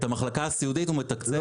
את המחלקה הסיעודית הוא מתקצב כמגורים.